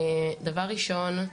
דבר ראשון,